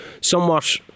somewhat